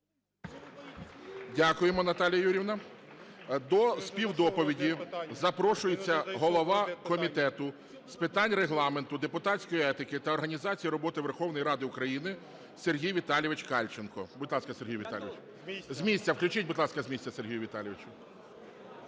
Дякуємо Наталія Юріївна. До співдоповіді запрошується голова Комітету з питань Регламенту, депутатської етики та організації роботи Верховної Ради України Сергій Віталійович Кальченко. Будь ласка, Сергій Віталійович. З місця включіть, будь ласка, Сергію Віталійовичу.